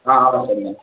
ஆ நான் தான் சொல்லுங்கள்